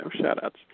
shout-outs